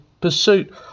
pursuit